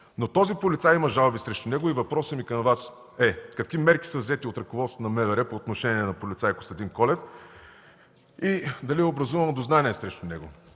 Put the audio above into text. но този полицай – има жалби срещу него, и въпросът ми към Вас е: какви мерки са взети от ръководството на МВР по отношение на полицай Костадин Колев? И дали е образувано дознание срещу него,